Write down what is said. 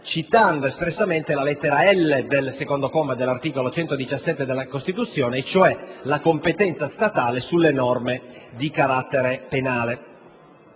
citando espressamente la lettera *l)* del secondo comma dell'articolo 117 della Costituzione e cioè la competenza statale sulle norme di carattere penale.